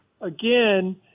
again